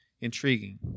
intriguing